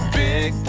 big